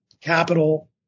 capital